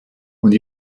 und